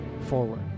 forward